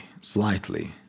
slightly